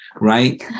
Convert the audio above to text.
Right